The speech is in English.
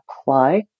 apply